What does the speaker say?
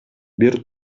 бир